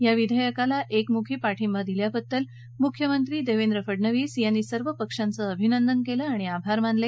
या विघेयकाला एकमुखी पाठिंबा दिल्याबद्दल मुख्यमंत्री देवेंद्र फडणवीस यांनी सर्व पक्षांचं अभिनंदन केलं आणि आभार मानले